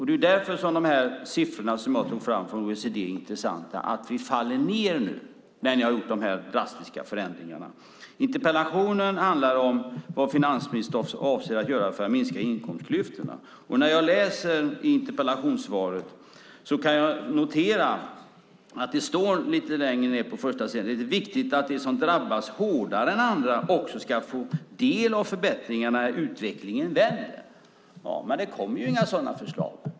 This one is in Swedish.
Det är därför som de siffror som jag tog fram från OECD är intressanta, att vi faller ned nu när ni har gjort de här drastiska förändringarna. Interpellationen handlar om vad finansministern avser att göra för att minska inkomstklyftorna. När jag läser i interpellationssvaret kan jag notera att det står lite längre ned på första sidan att "det är viktigt att de som drabbas hårdare än andra också ska få del av förbättringarna när utvecklingen vänder". Men det kommer ju inga sådana förslag.